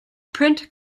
print